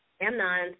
Amnon